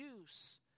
use